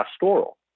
pastoral